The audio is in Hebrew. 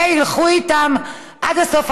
וילכו איתם עד הסוף,